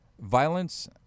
violence –